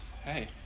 Hey